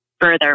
further